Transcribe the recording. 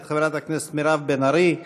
מאת חברת הכנסת מירב בן ארי.